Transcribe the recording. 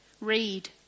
Read